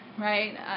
right